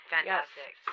Fantastic